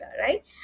right